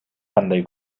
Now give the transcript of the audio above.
кандай